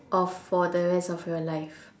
of for the rest of your life